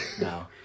No